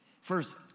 First